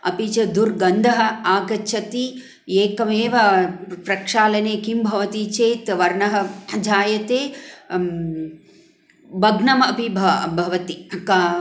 अपि च दुर्गन्धः आगच्छति एकमेव प्रक्षालने किं भवति चेत् वर्णः जायते भग्नमपि भ भवति का